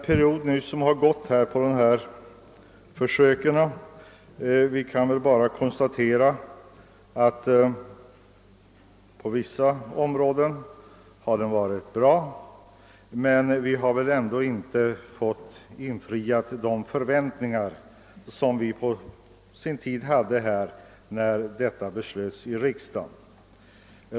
Beträffande den del av försöksperioden som nu förflutit kan vi konstatera att den på vissa områden inneburit förbättringar, men de förväntningar som vi hyste när detta beslut fattades har inte infriats.